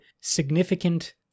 significant